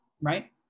right